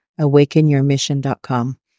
awakenyourmission.com